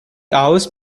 hours